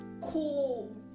cool